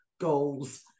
goals